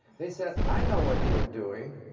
they said i know what you're doing.